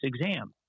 exam